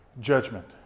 judgment